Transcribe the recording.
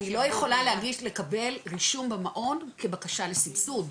אני לא יכולה לקבל רישום במעון כבקשה לסבסוד,